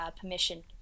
permission